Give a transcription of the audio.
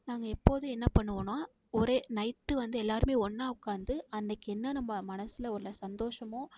நாங்கள் எப்போதும் என்ன பண்ணுவோன்னா ஒரே நைட்டு வந்து எல்லாருமே ஒன்னாக உக்காந்து அன்னைக்கு என்ன நம்ப மனசில் உள்ள சந்தோஷமோ